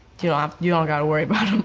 you know um you don't gotta worry about um